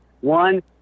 one